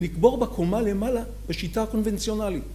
נקבור בקומה למעלה בשיטה הקונבנציונלית.